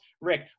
Rick